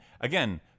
again